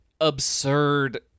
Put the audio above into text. absurd